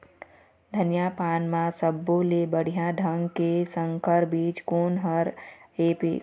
धनिया पान म सब्बो ले बढ़िया ढंग के संकर बीज कोन हर ऐप?